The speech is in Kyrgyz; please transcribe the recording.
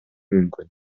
мүмкүн